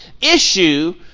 issue